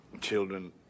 children